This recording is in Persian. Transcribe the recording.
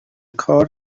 کار